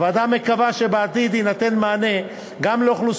הוועדה מקווה שבעתיד יינתן מענה לאוכלוסיות